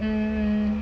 mm